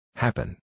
Happen